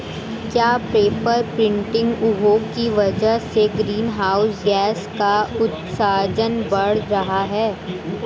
क्या paper printing उद्योग की वजह से ग्रीन हाउस गैसों का उत्सर्जन बढ़ रहा है?